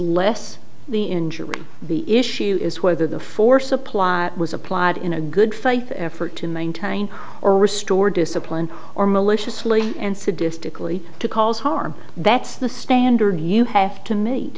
less the injury the issue is whether the force a plot was applied in a good faith effort to maintain or restore discipline or maliciously and sadistically to cause harm that's the standard you have to me